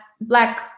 black